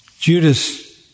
Judas